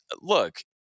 look